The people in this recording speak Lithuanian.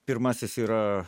pirmasis yra